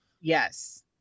Yes